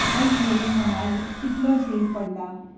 आयज मेरेन मनालींत कितलो झेल पडलां